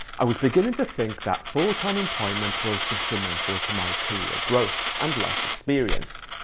i was beginning to think that full-time employment was detrimental to my career growth and life experience.